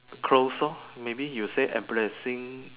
clothes lor maybe you say embarrassing